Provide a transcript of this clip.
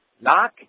Knock